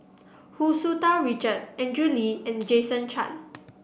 Hu Tsu Tau Richard Andrew Lee and Jason Chan